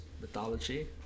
mythology